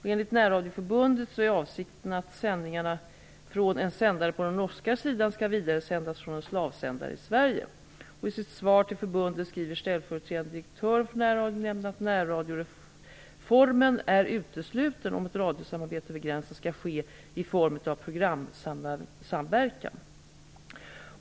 Enligt närradioförbundet är avsikten att sändningarna från en sändare på den norska sidan skall vidaresändas från en slavsändare i Sverige. I sitt svar till förbundet skriver ställföreträdande direktören för Närradionämnden att närradioformen är utesluten om ett radiosamarbete över gränsen skall ske i form av programsamverkan.